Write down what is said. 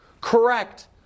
correct